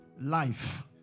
life